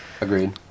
agreed